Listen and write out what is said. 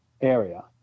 area